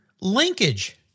Linkage